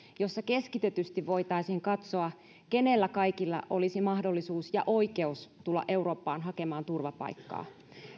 joissa keskitetysti voitaisiin katsoa kenellä kaikilla olisi mahdollisuus ja oikeus tulla eurooppaan hakemaan turvapaikkaa